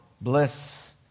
bliss